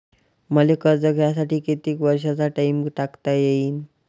मले कर्ज घ्यासाठी कितीक वर्षाचा टाइम टाकता येईन?